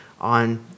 on